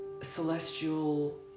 celestial